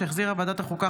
שהחזירה ועדת הכלכלה,